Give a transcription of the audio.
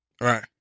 Right